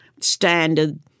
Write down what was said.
standard